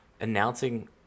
announcing